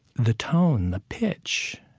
the tone, the pitch,